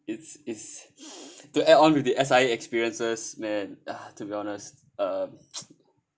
it's is to add on with the S_I_A experiences man uh to be honest um